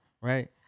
right